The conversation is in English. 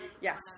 Yes